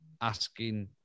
asking